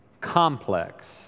complex